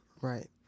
right